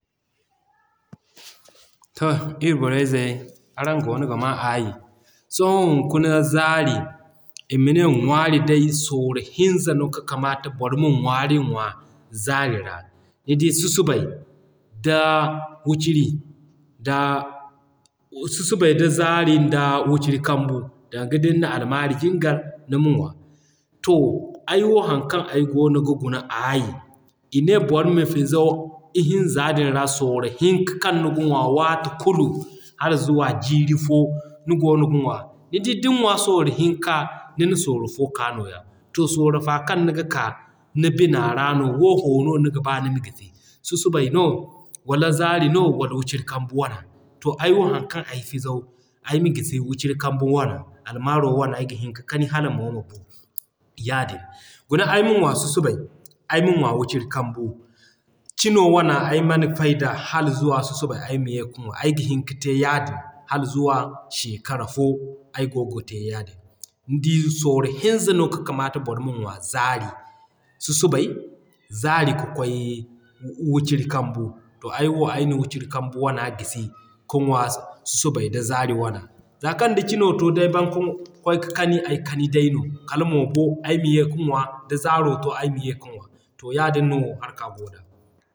To ii borey zey, araŋ goono ga maa aayi. Sohõ hunkuna zaari ima ne ŋwaari day sorro hinza no ka kamaata boro ma ŋwaari ŋwa zaari ra. Nidi susubay da wiciri da susubay nda zaari nda wiciri kambu danga din na almaari jingar nima ŋwa. To ay wo haŋ kaŋ ay goono ga guna aayi, i ne boro ma fizaw i hinza din ra sorro hinka kaŋ niga ŋwa waati kulu hal zuwa jiiri fo ni goono ga ŋwa. Nidi din ŋwa sorro hinka, nina sorro fo k'a nooya. To sorro fa kaŋ niga ka ni bina ra no wafo no niga ba nima gisi. Susubay no wala zaari no wala wiciri kambu wana. To ay wo haŋ kaŋ ay fizaw, ayma gisi wiciri kambu wana, almaaro wana ay ga hin ka kani hala moo ma boo yaadin. Guna ay ma ŋwa susubay, ay ma ŋwa wiciri kambu. Cino wana ay man fayda hala zuwa susubay ay ma ye ka ŋwa. Ay ga hin ka te yaadin hala zuwa shekara fo ay goo ga te yaadin. Nidi sorro hinza no ka kamaata boro ma ŋwa zaari. Susubay, zaari ka kwaay wiciri kambu. To ay wo ayna wiciri kambu wana gisi ka ŋwa susubay nda zaari wana. Z'a kaŋ da cino to d'ay baŋ ka kwaay ka kani ay kani day no kala moo boo ay ma ye ka ŋwa da zaaro to ay ma ye ka ŋwa. To yaadin no haraka goo da.